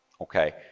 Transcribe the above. Okay